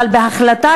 אבל בהחלטה,